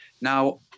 now